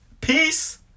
Peace